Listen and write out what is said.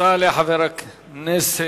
תודה לחבר הכנסת